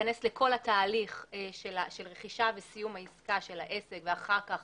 להיכנס לכל התהליך של רכישה וסיום העסקה של העסק ואחר כך